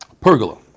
pergola